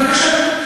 בבקשה.